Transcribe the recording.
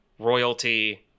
royalty